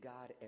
God